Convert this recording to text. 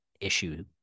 issue